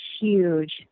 huge